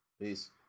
peace